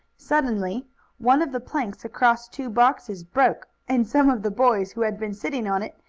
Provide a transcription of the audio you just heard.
suddenly one of the planks, across two boxes, broke, and some of the boys, who had been sitting on it,